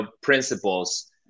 principles